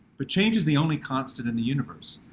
but change is the only constant in the universe.